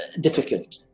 difficult